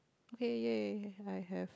okay ya ya ya I have